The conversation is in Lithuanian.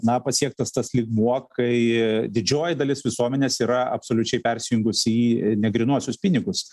na pasiektas tas lygmuo kai didžioji dalis visuomenės yra absoliučiai persijungusi į negrynuosius pinigus